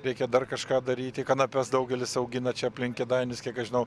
reikia dar kažką daryti kanapes daugelis augina čia aplink kėdainius kiek aš žinau